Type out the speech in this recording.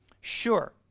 sure